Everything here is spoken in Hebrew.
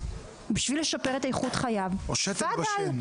בשביל לשפר את איכות חייו תפדל,